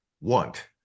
want